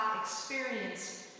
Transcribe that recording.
experience